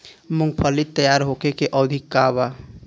मूँगफली तैयार होखे के अवधि का वा?